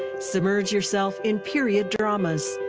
submerge yourself in period dramas.